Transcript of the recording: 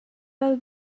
was